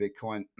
Bitcoin